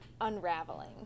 unraveling